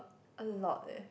a lot leh